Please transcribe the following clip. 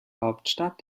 hauptstadt